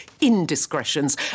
indiscretions